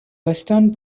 western